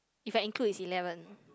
if I include is eleven